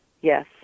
yes